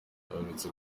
aherutse